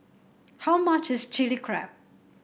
how much is Chilli Crab